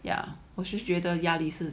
yeah 我是觉得压力是